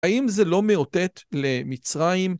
האם זה לא מאותת למצרים?